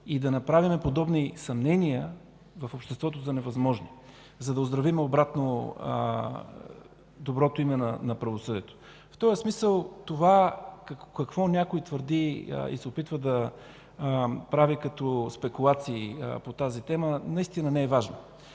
и да направим подобни съмнения в обществото за невъзможни, за да оздравим обратно доброто име на правосъдието. В този смисъл това какво някой твърди и се опитва да прави като спекулации по тази тема наистина не е важно.